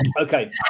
Okay